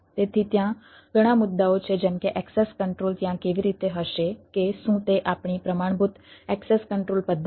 તેથી ત્યાં ઘણા મુદ્દાઓ છે જેમ કે એક્સેસ કંટ્રોલ ત્યાં કેવી રીતે હશે કે શું તે આપણી પ્રમાણભૂત એક્સેસ કંટ્રોલ પદ્ધતિ છે